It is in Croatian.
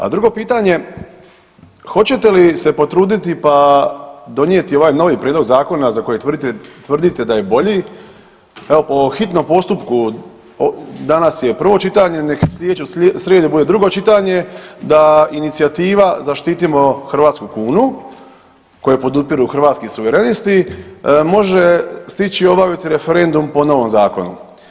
A drugo pitanje, hoćete li se potruditi pa donijeti ovaj novi prijedlog zakona za koji tvrdite da je bolji, evo po hitnom postupku, danas je prvo čitanje, nek slijedeću srijedu bude drugo čitanje, da inicijativa „Zaštitimo hrvatsku kunu“ koju podupiru Hrvatski suverenisti može stići obaviti referendum po novom zakonu.